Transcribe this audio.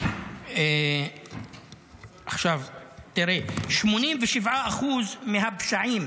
עכשיו תראה, 87% מהפשעים